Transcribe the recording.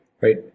right